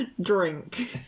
Drink